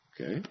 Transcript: okay